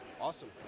awesome